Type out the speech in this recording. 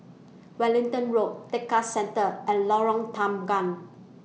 Wellington Road Tekka Centre and Lorong Tanggam